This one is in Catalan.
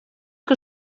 que